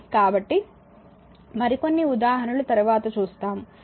కాబట్టి మరికొన్ని ఉదాహరణలు తరువాత చూస్తాము